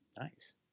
Nice